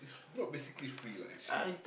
it's not basically free lah actually